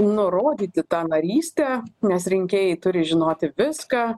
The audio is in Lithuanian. nurodyti tą narystę nes rinkėjai turi žinoti viską